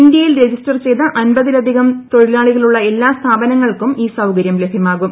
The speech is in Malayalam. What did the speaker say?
ഇന്ത്യയിൽ രജിസ്റ്റർ ചെയ്ത അമ്പതിലധികം തൊഴിലാളികളുള്ള എല്ലാ സ്ഥാപനങ്ങൾക്കും ഈ സൌകര്യം ലഭ്യമാകും